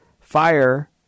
fire